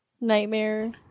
nightmare